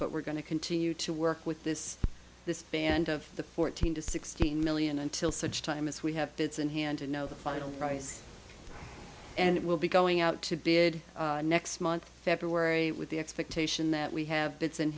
but we're going to continue to work with this this band of the fourteen to sixteen million until such time as we have bits in hand to know the final price and it will be going out to bid next month february with the expectation that we have b